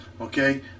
Okay